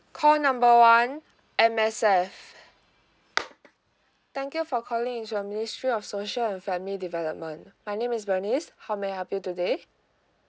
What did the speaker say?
call number one M_S_F thank you for calling into a ministry of social and family development my name is bernice how may I help you today